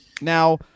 Now-